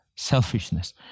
Selfishness